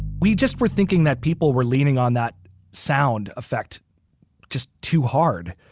we just were thinking that people were leaning on that sound effect just too hard.